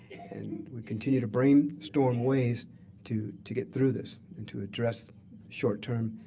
and we continue to brainstorm ways to to get through this and to address short term,